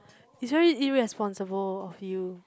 it's very irresponsible of you